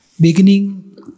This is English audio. Beginning